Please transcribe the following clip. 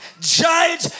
judge